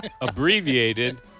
abbreviated